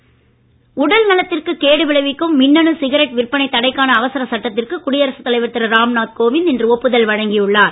மின்னணு சிகரெட் உடல் நலத்திற்கு கேடு விளைவிக்கும் மின்னணு சிகரெட் விற்பனை தடைக்கான அவசர சட்டத்திற்கு குடியரசு தலைவர் திரு ராம்நாத் கோவிந்த் இன்று ஒப்புதல் வழங்கி உள்ளார்